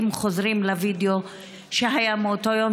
אם חוזרים לווידיאו שהיה מאותו יום,